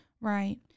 Right